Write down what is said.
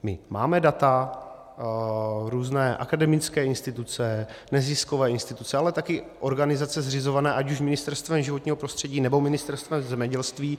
My máme data, různé akademické instituce, neziskové instituce, ale taky organizace zřizované ať už Ministerstvem životního prostředí, nebo Ministerstvem zemědělství.